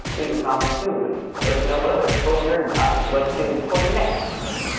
leave a comment too, and let us know what other total nerd topics you'd like to see us explain next.